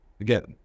Again